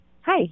Hi